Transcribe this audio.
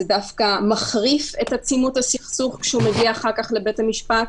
זה דווקא מחריף את עצימות הסכסוך כשהוא מגיע אחר כך לבית המשפט,